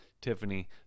Tiffany